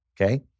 Okay